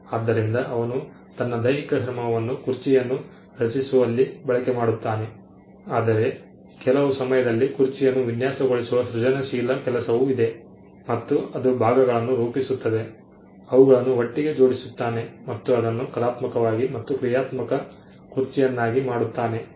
ಆದ್ದರಿಂದ ಅವನು ತನ್ನ ದೈಹಿಕ ಶ್ರಮವನ್ನು ಕುರ್ಚಿಯನ್ನು ರಚಿಸುವಲ್ಲಿ ಬಳಕೆ ಮಾಡುತ್ತಾನೆ ಆದರೆ ಕೆಲವು ಸಮಯದಲ್ಲಿ ಕುರ್ಚಿಯನ್ನು ವಿನ್ಯಾಸಗೊಳಿಸುವ ಸೃಜನಶೀಲ ಕೆಲಸವೂ ಇದೆ ಮತ್ತು ಅದು ಭಾಗಗಳನ್ನು ರೂಪಿಸುತ್ತದೆ ಅವುಗಳನ್ನು ಒಟ್ಟಿಗೆ ಜೋಡಿಸುತ್ತಾನೆ ಮತ್ತು ಅದನ್ನು ಕಲಾತ್ಮಕವಾಗಿ ಮತ್ತು ಕ್ರಿಯಾತ್ಮಕ ಕುರ್ಚಿಯನ್ನಾಗಿ ಮಾಡುತ್ತಾನೆ